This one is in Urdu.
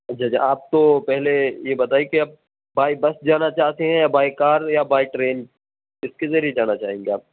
اچھا اچھا آپ تو پہلے یہ بتائیے کہ آپ بائی بس جانا چاہتے ہیں یا بائی کار یا بائی ٹرین کس کے ذریعے جانا چاہیں گے آپ